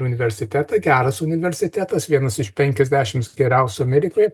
universitetą geras universitetas vienas iš penkiasdešims geriausių amerikoje